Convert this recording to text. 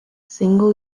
single